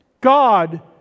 God